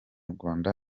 rwanda